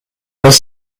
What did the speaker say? muss